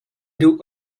duh